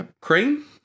Cream